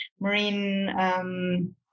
marine